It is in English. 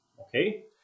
okay